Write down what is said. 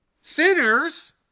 Sinners